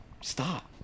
stop